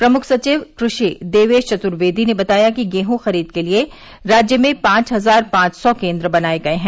प्रमुख सचिव कृषि देवेश चतुर्वेदी ने बताया कि गेहूँ खरीद के लिये राज्य में पांच हजार पांच सौ केन्द्र बनाये गये हैं